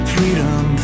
Freedom